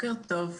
בוקר טוב.